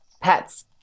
pets